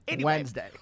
wednesday